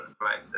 Right